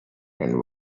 and